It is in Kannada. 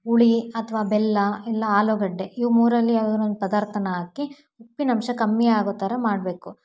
ಹುಳಿ ಅಥವಾ ಬೆಲ್ಲ ಇಲ್ಲ ಆಲೂಗಡ್ಡೆ ಇವು ಮೂರಲ್ಲಿ ಯಾವ್ದಾದ್ರೂ ಒಂದು ಪದಾರ್ಥನ ಹಾಕಿ ಉಪ್ಪಿನಂಶ ಕಮ್ಮಿ ಆಗೋ ಥರ ಮಾಡಬೇಕು